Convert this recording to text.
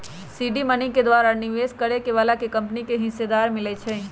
seed money के द्वारा निवेश करए बलाके कंपनी में हिस्सेदारी मिलइ छइ